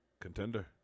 Contender